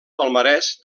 palmarès